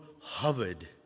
hovered